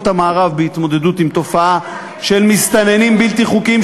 המערב בהתמודדות עם תופעה של מסתננים בלתי חוקיים,